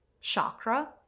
chakra